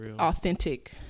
authentic